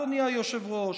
אדוני היושב-ראש,